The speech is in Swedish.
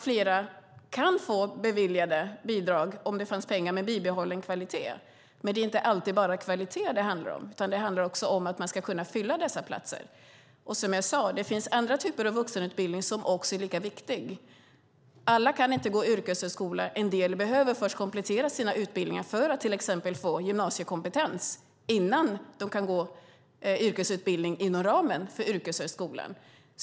Flera kan få beviljade bidrag, om det fanns pengar, med bibehållen kvalitet. Men det är inte alltid bara kvalitet det handlar om. Det handlar också om att man ska kunna fylla dessa platser. Som jag sade finns det andra typer av vuxenutbildning som också är lika viktiga. Alla kan inte gå yrkeshögskola. En del behöver först komplettera sina utbildningar för att till exempel få gymnasiekompetens innan de kan gå yrkesutbildning inom ramen för yrkeshögskolan.